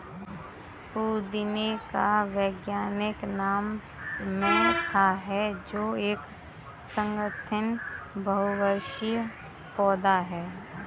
पुदीने का वैज्ञानिक नाम मेंथा है जो एक सुगन्धित बहुवर्षीय पौधा है